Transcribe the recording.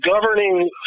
governing